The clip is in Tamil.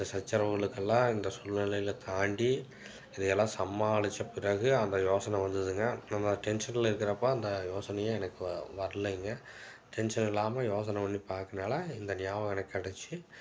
இந்த சச்சரவுகளுக்கெல்லாம் இந்த சூழ்நிலையில் தாண்டி இதை எல்லாம் சாமாளித்த பிறகு அந்த யோசனை வந்ததுங்க நம்ம டென்ஷனில் இருக்கிறப்போ அந்த யோசனையே எனக்கு வ வரலைங்க டென்ஷன் இல்லாமல் யோசனை பண்ணி பார்த்தனால இந்த ஞாபகம் எனக்கு கிடைச்சு